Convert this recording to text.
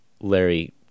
larry